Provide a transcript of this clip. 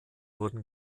wurden